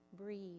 breathe